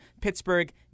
Pittsburgh